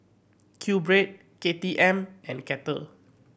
Q Bread K T M and Kettle